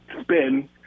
spin